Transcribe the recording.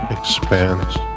...expands